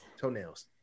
Toenails